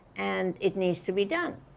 and it needs to be done,